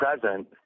present